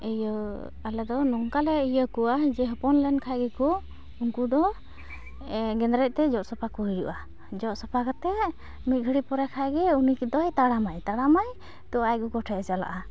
ᱤᱭᱟᱹ ᱟᱞᱮᱫᱚ ᱱᱚᱝᱠᱟᱞᱮ ᱤᱭᱟᱹ ᱠᱚᱣᱟ ᱡᱮ ᱦᱚᱯᱚᱱᱞᱮᱱ ᱠᱷᱟᱱ ᱜᱮᱠᱚ ᱩᱱᱠᱚᱫᱚ ᱜᱮᱸᱫᱽᱨᱮᱡᱛᱮ ᱡᱚᱫ ᱥᱟᱯᱷᱟᱠᱚ ᱦᱩᱭᱩᱜᱼᱟ ᱡᱚᱫ ᱥᱟᱯᱟ ᱠᱟᱛᱮᱫ ᱢᱤᱫᱜᱷᱟᱹᱲᱤᱡ ᱯᱚᱨᱮ ᱠᱷᱚᱱᱜᱮ ᱩᱱᱤ ᱠᱤᱱᱛᱩᱭ ᱛᱟᱲᱟᱢᱟᱭ ᱛᱳ ᱟᱡ ᱜᱚᱜᱚ ᱴᱷᱮᱱᱼᱮ ᱪᱟᱞᱟᱜᱼᱟ